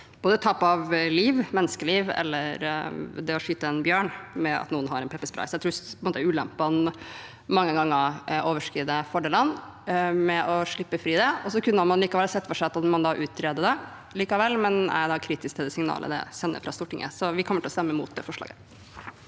både menneskeliv og det å skyte en bjørn, med at noen har en pepperspray. Jeg tror at ulempene mange ganger overskrider fordelene med å slippe det fri. Så kunne man likevel ha sett for seg at man utreder det, men jeg er kritisk til det signalet det sender fra Stortinget. Så vi kommer til å stemme mot det forslaget.